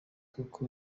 kuko